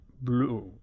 blue